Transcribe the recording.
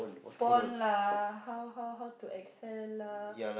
porn lah how how how to excel lah